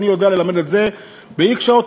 להגיד: אני יודע ללמד את זה ב-x שעות,